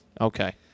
Okay